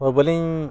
ᱦᱳᱭ ᱵᱟᱹᱞᱤᱧ